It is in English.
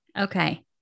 Okay